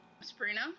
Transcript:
Sabrina